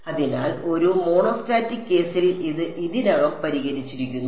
അതിനാൽ ഒരു മോണോസ്റ്റാറ്റിക് കേസിൽ ഇത് ഇതിനകം പരിഹരിച്ചിരിക്കുന്നു